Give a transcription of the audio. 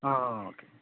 okay